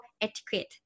Etiquette